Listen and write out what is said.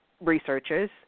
researchers